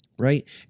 right